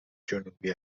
جنوبی